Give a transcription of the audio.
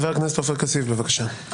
חבר הכנסת עופר כסיף, בבקשה.